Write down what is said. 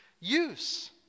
use